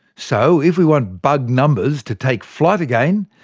so if we want bug numbers to take flight again,